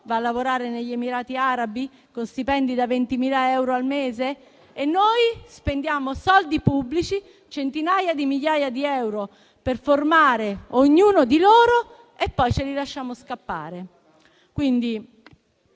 Va a lavorare negli Emirati arabi con stipendi da 20.000 euro al mese? E noi spendiamo soldi pubblici, centinaia di migliaia di euro per formare ognuno di loro e poi ce li lasciamo scappare.